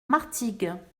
martigues